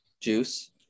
Juice